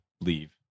leave